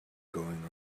going